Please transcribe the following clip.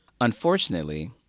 Unfortunately